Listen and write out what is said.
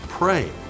Pray